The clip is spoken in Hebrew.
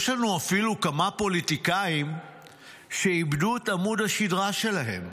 יש לנו אפילו כמה פוליטיקאים שאיבדו את עמוד השדרה שלהם,